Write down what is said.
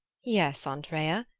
yes, andrea,